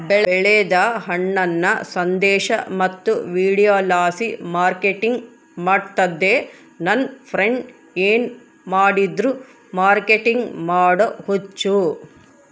ಬೆಳೆದ ಹಣ್ಣನ್ನ ಸಂದೇಶ ಮತ್ತು ವಿಡಿಯೋಲಾಸಿ ಮಾರ್ಕೆಟಿಂಗ್ ಮಾಡ್ತಿದ್ದೆ ನನ್ ಫ್ರೆಂಡ್ಸ ಏನ್ ಮಾಡಿದ್ರು ಮಾರ್ಕೆಟಿಂಗ್ ಮಾಡೋ ಹುಚ್ಚು